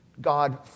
God